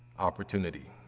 opportunity.